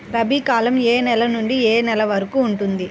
రబీ కాలం ఏ నెల నుండి ఏ నెల వరకు ఉంటుంది?